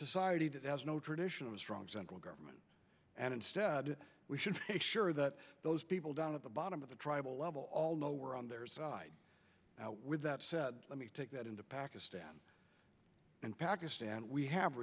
society that has no tradition of a strong central government and instead we should sure that those people down at the bottom of the tribal level all know we're on their side now with that said let me take that into pakistan and pakistan we have